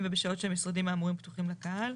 ובשעות שהמשרדים האמורים פתוחים לקהל".